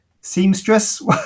seamstress